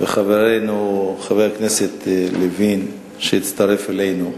וחברנו חבר הכנסת לוין, שהצטרף אלינו,